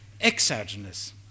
exogenous